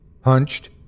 hunched